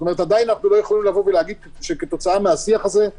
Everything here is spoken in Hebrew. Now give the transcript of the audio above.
זאת אומרת שאנחנו עדיין לא יכולים להגיד שכתוצאה מהשיח הזה יש תוצאות.